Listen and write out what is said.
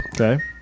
Okay